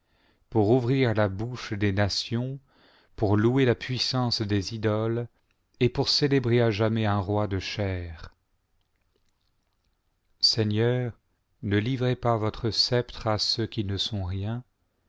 pour ouvrir la bouche des nations pour louer la puissance des idoles et pour célébrer h jamais un roi de chair seigneur ne livrez pas votre sceptre à ceux qui ne sont rien